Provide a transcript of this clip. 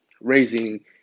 raising